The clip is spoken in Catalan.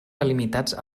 delimitats